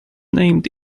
named